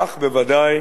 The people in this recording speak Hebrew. כך, בוודאי,